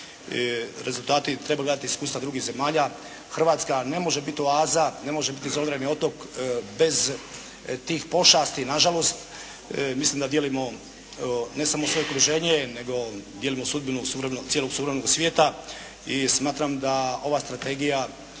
treba gledati iskustva drugih zemalja. Hrvatska ne može biti oaza, ne može biti izolirani otok bez tih pošasti nažalost. Mislim da dijelimo, ne samo svoje okruženje, nego djelimo sudbinu suvremenog, cijelog suvremenog svijeta. I smatram da ova strategija